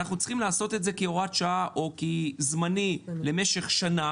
אנחנו צריכים לעשות את זה כהוראת שעה או זמני למשך שנה